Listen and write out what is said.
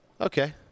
okay